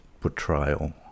portrayal